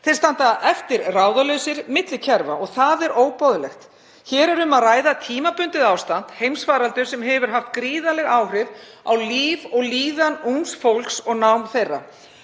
Þeir standa eftir ráðalausir milli kerfa. Það er óboðlegt. Hér er um að ræða tímabundið ástand, heimsfaraldur sem haft hefur gríðarleg áhrif á líf og líðan ungs fólks og nám þess.